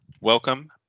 Welcome